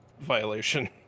violation